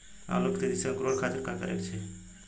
आलू के तेजी से अंकूरण खातीर का करे के चाही?